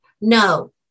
No